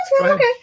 Okay